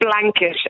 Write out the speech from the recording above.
blanket